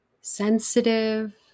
sensitive